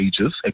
ages